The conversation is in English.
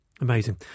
Amazing